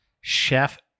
Chef